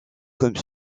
comme